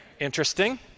interesting